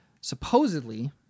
Supposedly